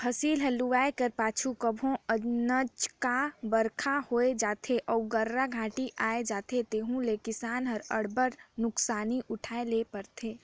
फसिल हर लुवाए कर पाछू कभों अनचकहा बरिखा होए जाथे अउ गर्रा घांटा आए जाथे तेहू में किसान ल अब्बड़ नोसकानी उठाए ले परथे